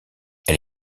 elle